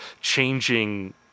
changing